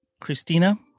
Christina